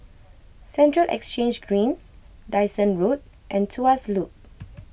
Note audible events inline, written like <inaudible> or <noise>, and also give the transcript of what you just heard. Central Exchange Green Dyson Road and Tuas Loop <noise>